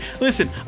listen